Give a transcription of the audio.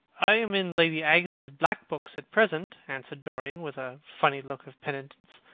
i am in lady agatha's black books at present, answered dorian with a funny look of penitence.